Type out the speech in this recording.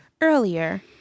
earlier